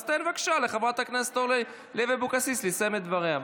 אז תן בבקשה לחברת הכנסת אורלי לוי אבקסיס לסיים את דבריה.